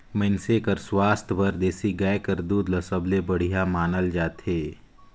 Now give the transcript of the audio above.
मइनसे कर सुवास्थ बर देसी गाय कर दूद ल सबले बड़िहा मानल जाथे